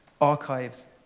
archives